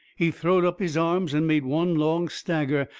he throwed up his arms and made one long stagger,